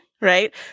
right